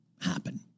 happen